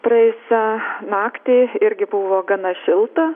praėjusią naktį irgi buvo gana šilta